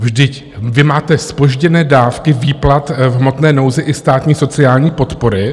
Vždyť vy máte zpožděné dávky výplat v hmotné nouzi i státní sociální podpory.